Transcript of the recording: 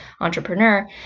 Entrepreneur